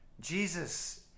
Jesus